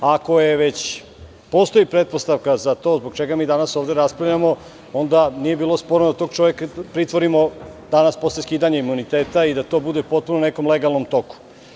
Ako već postoji pretpostavka za to zbog čega mi danas ovde raspravljamo, onda nije bilo sporno da tog čoveka pritvorimo danas posle skidanja imuniteta i da to bude potpuno u nekom legalnom toku.